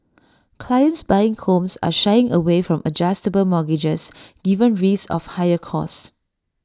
clients buying homes are shying away from adjustable mortgages given risks of higher costs